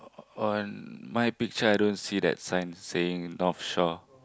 on my picture i don't see that sign saying Northshore